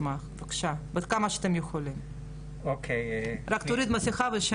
שמחולקים פחות או יותר חצי חצי למה שאנחנו קוראים סגל בכיר